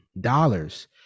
dollars